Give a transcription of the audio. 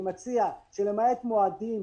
אני מציע שלמעט מועדים,